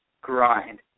grind